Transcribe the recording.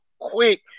quick